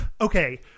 Okay